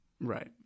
Right